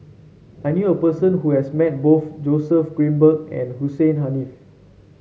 I knew a person who has met both Joseph Grimberg and Hussein Haniff